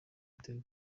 ibitego